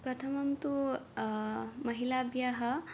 प्रथमं तु महिलाभ्यः